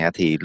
Thì